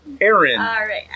Aaron